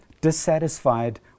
dissatisfied